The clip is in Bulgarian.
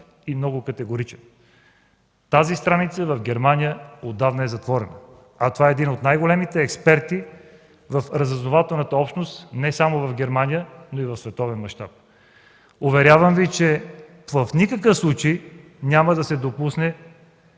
ясен и категоричен: „Тази страница в Германия отдавна е затворена”. А той е един от най-големите експерти в разузнавателната общност не само в Германия, но и в световен мащаб. Уверявам Ви, че в никакъв случай няма да се допусне